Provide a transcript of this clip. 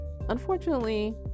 unfortunately